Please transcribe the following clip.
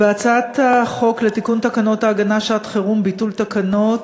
בהצעת החוק לתיקון תקנות ההגנה (שעת-חירום) (ביטול תקנות),